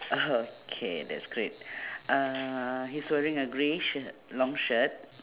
okay that's great uhh he's wearing a gray shirt long shirt